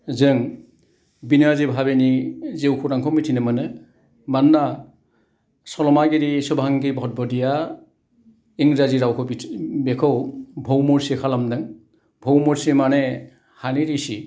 जों बिनाजे भाबिनि जिउ खौरांखौ मिथिनो मोनो मानोना सल'मागिरि सभांगि भड भदिया इंराजि रावखौ बिथिं बेखौ भौमसे खालामदों भौमसे माने हानि रिसि